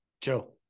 Joe